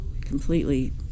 completely